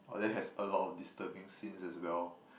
uh that has a lot of disturbing scenes as well